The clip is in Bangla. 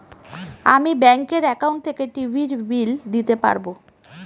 আমি ব্যাঙ্কের একাউন্ট থেকে টিভির বিল দিতে পারবো